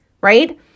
right